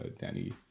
Danny